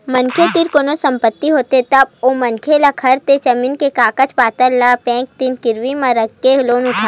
मनखे तीर कोनो संपत्ति होथे तब ओ मनखे ल घर ते जमीन के कागज पतर ल बेंक तीर गिरवी म राखके लोन उठाथे